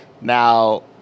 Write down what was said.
Now